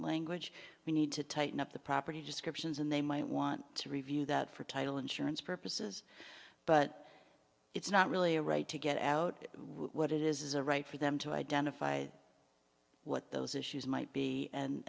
language we need to tighten up the property just corruptions and they might want to review that for title insurance purposes but it's not really a right to get out what it is is a right for them to identify what those issues might be